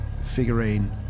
figurine